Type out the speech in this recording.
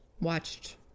watched